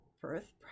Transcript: birth